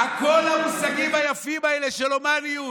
כל המושגים היפים האלה של הומניות,